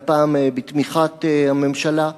והפעם בתמיכת הממשלה,